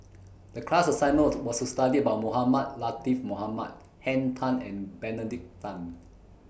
The class assignment was was to study about Mohamed Latiff Mohamed Henn Tan and Benedict Tan